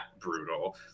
brutal